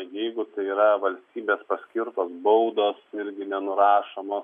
jeigu tai yra valstybės paskirtos baudos irgi nenurašoma